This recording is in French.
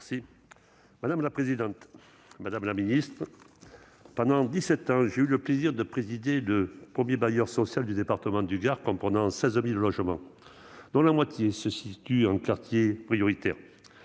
Madame la présidente, madame la ministre, mes chers collègues, pendant dix-sept ans, j'ai eu le plaisir de présider le premier bailleur social du département du Gard, comprenant 16 000 logements, dont la moitié se situe en quartier prioritaire.